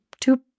two